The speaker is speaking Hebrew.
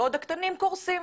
בעוד הקטנים קורסים.